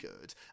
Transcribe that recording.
good